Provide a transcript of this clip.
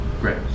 Great